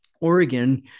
Oregon